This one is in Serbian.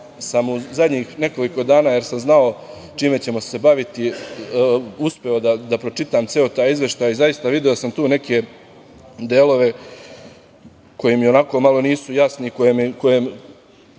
sam u zadnjih nekoliko dana, jer sam znao čime ćemo se baviti, uspeo da pročitam ceo taj izveštaj. Zaista, video sam tu neke delove koji mi malo nisu jasni, za koje zaista